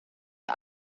een